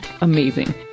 amazing